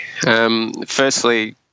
Firstly